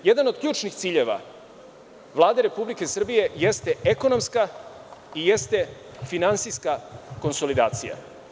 Jedan od ključnih ciljeva Vlade Republike Srbije jeste ekonomska i jeste finansijska konsolidacija.